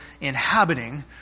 inhabiting